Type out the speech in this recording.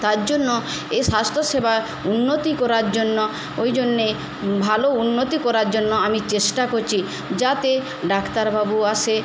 তার জন্য এই স্বাস্থ্যসেবার উন্নতি করার জন্য ওই জন্য ভালো উন্নতি করার জন্য আমি চেষ্টা করছি যাতে ডাক্তারবাবু আসে